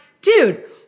dude